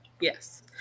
Yes